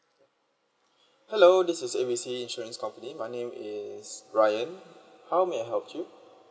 hello this is A B C insurance company my name is brian how may I help you